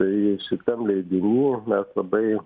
tai šitam leidinį mes labai